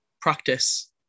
practice